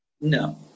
No